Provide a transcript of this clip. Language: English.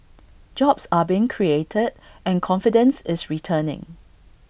jobs are being created and confidence is returning